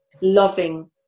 loving